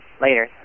later